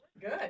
Good